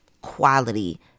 quality